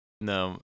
no